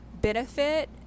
benefit